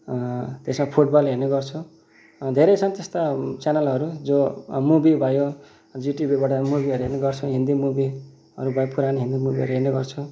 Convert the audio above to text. त्यसमा फुटबल हेर्ने गर्छु धेरै छन् त्यस्ता च्यानलहरू जो मुभी भयो जिटिभीबाट मुभीहरू हेर्ने गर्छु हिन्दी मुभीहरू भयो पुरानो हिन्दी मुभीहरू हेर्नेगर्छु